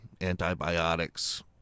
antibiotics